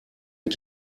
mit